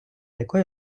якої